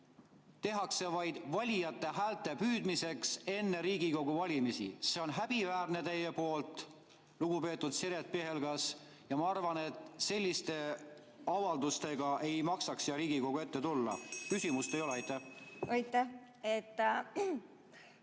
tehakse vaid valijate häälte püüdmiseks enne Riigikogu valimisi. See on häbiväärne teie poolt, lugupeetud Siret Pihelgas, ja ma arvan, et selliste avaldustega ei maksaks siia Riigikogu ette tulla. Küsimust ei ole. Aitäh!